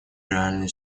реальную